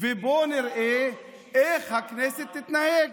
ובואו נראה איך הכנסת תתנהג.